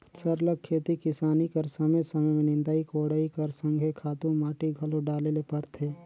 सरलग खेती किसानी कर समे समे में निंदई कोड़ई कर संघे खातू माटी घलो डाले ले परथे